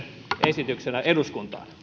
esityksenä eduskuntaan